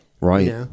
Right